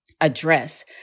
address